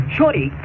Shorty